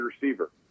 receiver